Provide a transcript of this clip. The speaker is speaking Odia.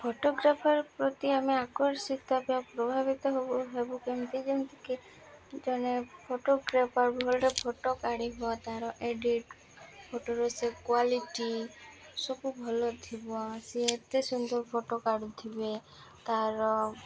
ଫଟୋଗ୍ରାଫର୍ ପ୍ରତି ଆମେ ଆକର୍ଷିତ ବା ପ୍ରଭାବିତ ହେବୁ କେମିତି ଯେମିତିକି ଜଣେ ଫଟୋଗ୍ରାଫର୍ ଭଲରେ ଫଟୋ କାଢ଼ିବ ତାର ଏଡ଼ିଟ୍ ଫଟୋର ସେ କ୍ୱାଲିଟି ସବୁ ଭଲ ଥିବ ସିଏ ଏତେ ସୁନ୍ଦର ଫଟୋ କାଢ଼ୁଥିବେ ତାର